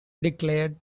declared